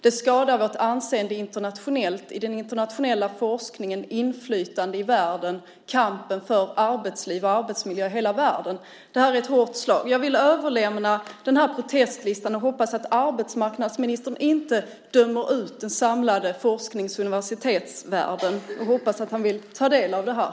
Det skadar vårt anseende i den internationella forskningen, när det gäller inflytandet i världen liksom i kampen för arbetsliv och arbetsmiljö i hela världen. Det här är ett hårt slag. Jag vill överlämna den här protestlistan och hoppas att arbetsmarknadsministern inte dömer ut den samlade forsknings och universitetsvärlden. Jag hoppas att han vill ta del av det här.